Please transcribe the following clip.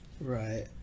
right